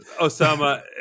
Osama